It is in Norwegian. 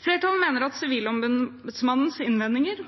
Flertallet mener at Sivilombudsmannens innvendinger